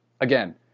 Again